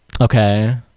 Okay